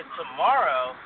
tomorrow